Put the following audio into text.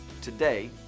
Today